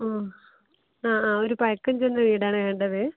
ആ ആ ആ ഒരു പഴക്കം ചെന്ന വീടാണ് വേണ്ടത്